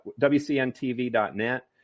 WCNTV.net